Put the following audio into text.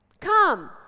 Come